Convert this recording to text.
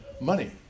Money